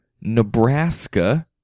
Nebraska